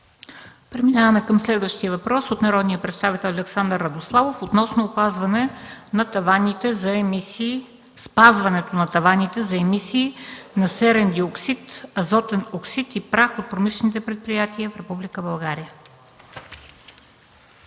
Преминаваме към следващия въпрос от народния представител Александър Радославов относно спазването на таваните за емисии на серен диоксид, азотен оксид и прах от промишлените предприятия в Република България.